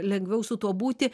lengviau su tuo būti